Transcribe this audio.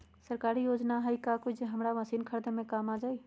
सरकारी योजना हई का कोइ जे से हमरा मशीन खरीदे में काम आई?